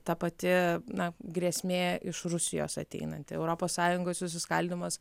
ta pati na grėsmė iš rusijos ateinanti europos sąjungos susiskaldymas